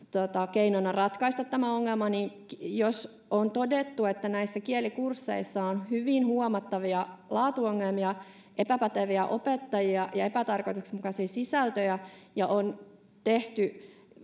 keinona ratkaista tämä ongelma jos on todettu että näissä kielikursseissa on hyvin huomattavia laatuongelmia epäpäteviä opettajia ja epätarkoituksenmukaisia sisältöjä ja on tehty